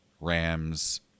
Rams